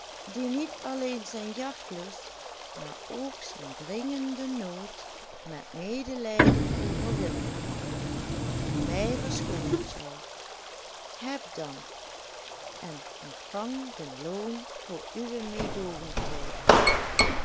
die niet alleen zijn jagtlust maar ook zijn dringenden nood met medelijden overwinnen en mij verschoonen zou heb dank en ontvang den loon voor uwe meedoogendheid